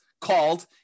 called